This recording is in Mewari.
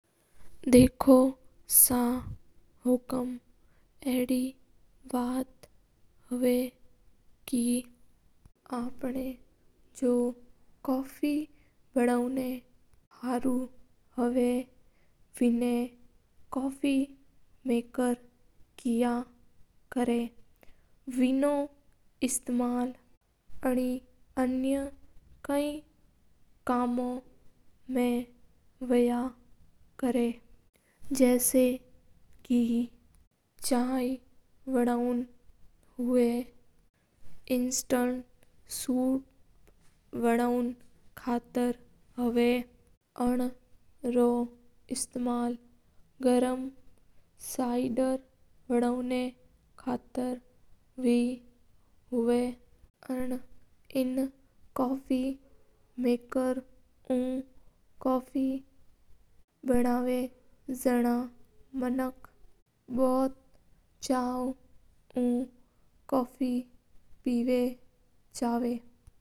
देखो सा हुकूम अडी बात है कि अपन कॉफ़ी गरम कर ना वाली मसीन ना कॉफ़ी मेकर केया करा हा एणुबापा चाय बे गरम कर सकी हा। और कॉफ़ी गरम कर ना वास्ता बईं आपा फ्रिजर डाल या करा हा एण कॉफ़ी मेकर ऊ कॉफ़ी बनावा जण मानक बौथ चव ऊ कॉफ़ी पीवा हा।